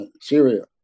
Syria